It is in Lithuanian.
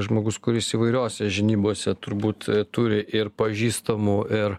žmogus kuris įvairiose žinybose turbūt turi ir pažįstamų ir